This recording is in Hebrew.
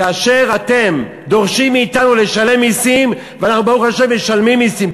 כאשר אתם דורשים מאתנו לשלם מסים ואנחנו ברוך השם משלמים מסים,